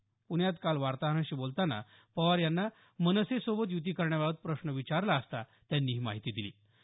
प्ण्यात काल वार्ताहरांशी बोलतांना पवार यांना मनसेसोबत यूती करण्याबाबत प्रश्न विचारला असता त्यांनी ही माहिती दिली